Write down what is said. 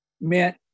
meant